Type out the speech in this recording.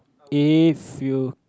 if you